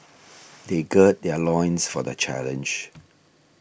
they gird their loins for the challenge